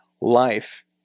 life